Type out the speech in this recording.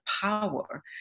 power